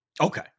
Okay